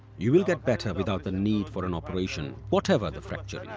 you will get better without the need for an operation whatever the fracture